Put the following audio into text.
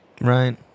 Right